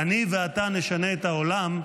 "אני ואתה נשנה את העולם",